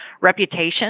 reputation